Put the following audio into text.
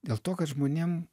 dėl to kad žmonėm